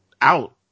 out